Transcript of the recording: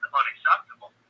unacceptable